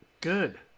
Good